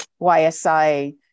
YSI